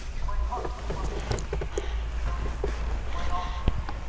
my husband might help me, if you don't object to my asking him,